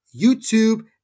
YouTube